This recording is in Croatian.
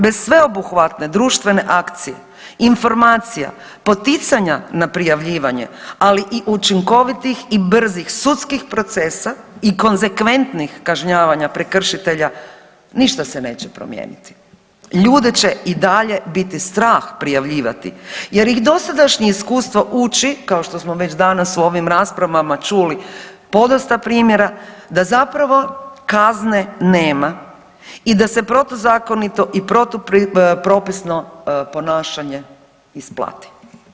Bez sveobuhvatne društvene akcije, informacija, poticanja na prijavljivanje, ali i učinkovitih i brzih sudskih procesa i konsekventnih kažnjavanja prekršitelja ništa se neće promijeniti, ljude će i dalje biti strah prijavljivati jer ih dosadašnje iskustvo uči, kao što smo već danas u ovim raspravama čuli podosta primjera, da zapravo kazne nema i da se protuzakonito i protupropisno ponašanje isplati.